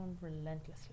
relentlessly